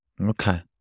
okay